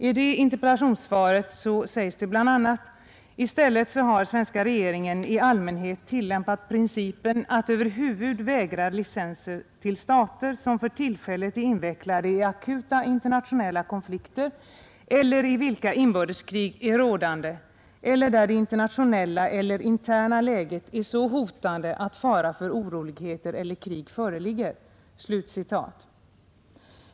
I det interpellationssvaret sägs bl.a. ”I stället har svenska regeringen i allmänhet tillämpat principen att över huvud vägra licenser till stater, som för tillfället är invecklade i akuta internationella konflikter eller i vilka inbördeskrig är rådande eller där det internationella eller interna läget är så hotande, att fara för oroligheter eller krig föreligger”.